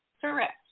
Correct